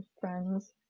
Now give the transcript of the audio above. friends